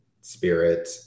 spirit